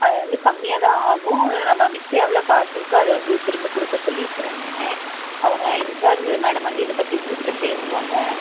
அது வந்து கம்மியாக தான் ஆகும் நம்ம மிச்சம் எவ்வளோ காசு இருக்கோ அதை வந்து திரும்ப கொடுக்க சொல்லிருக்கிறேன் நான் அவங்க இன்சார்ஜ் மேடம் வந்து இதை பற்றி உங்கள்கிட்ட பேசுவாங்க